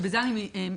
ובזה אני מתרכזת.